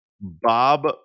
Bob